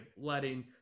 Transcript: letting